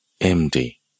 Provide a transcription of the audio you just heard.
empty